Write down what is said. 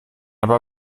aber